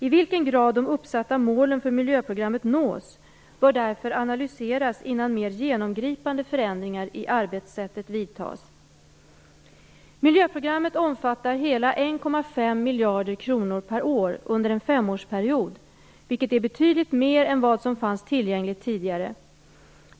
I vilken grad de uppsatta målen för miljöprogrammet nås bör därför analyseras innan mer genomgripande förändringar i arbetssättet vidtas. Miljöprogrammet omfattar hela 1,5 miljarder kronor per år under en femårsperiod, vilket är betydligt mer än vad som fanns tillgängligt tidigare.